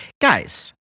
Guys